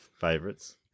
favorites